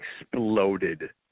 exploded